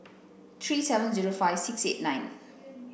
three seven zero five six eight nine